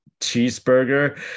cheeseburger